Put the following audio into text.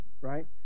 right